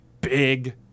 big